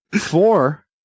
four